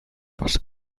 was